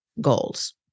goals